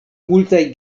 multaj